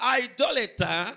idolater